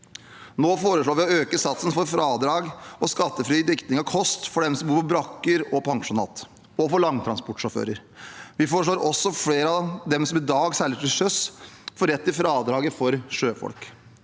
Nå foreslår vi å øke satsen for fradrag og skattefri dekning av kost for dem som bor på brakker og pensjonat, og for langtransportsjåfører. Vi foreslår også at flere av dem som i dag seiler til sjøs, får rett til fradraget for sjøfolk.